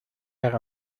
haga